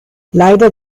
leider